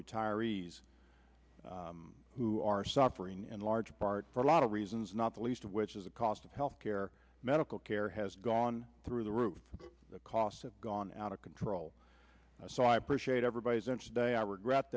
retirees who are suffering in large part for a lot of reasons not the least of which is the cost of health care medical care has gone through the roof the costs have gone out of control so i appreciate everybody's intraday i regret